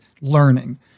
learning